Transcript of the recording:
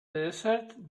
desert